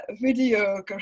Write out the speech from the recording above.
video